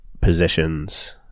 positions